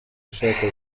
ashaka